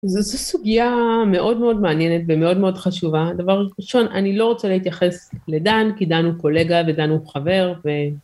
זו סוגיה מאוד מאוד מעניינת ומאוד מאוד חשובה. דבר ראשון, אני לא רוצה להתייחס לדן, כי דן הוא קולגה ודן הוא חבר ו.. .